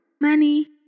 money